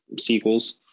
sequels